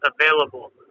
available